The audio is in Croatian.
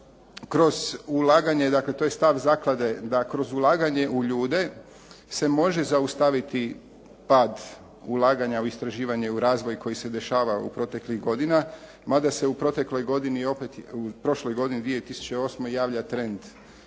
kroz ulaganje u ljude se može zaustaviti pad ulaganja u istraživanje, u razvoj koji se dešava u proteklih godina, mada se u protekloj godini opet u prošloj godini